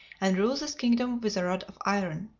and rule this kingdom with a rod of iron.